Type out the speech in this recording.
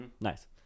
Nice